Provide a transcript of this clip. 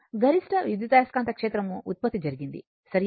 గరిష్ట విద్యుదయస్కాంత క్షేత్రం ఉత్పత్తి జరిగింది సరియైనది